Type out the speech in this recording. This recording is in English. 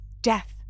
Death